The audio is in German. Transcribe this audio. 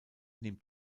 nimmt